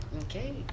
Okay